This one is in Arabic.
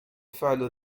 فعل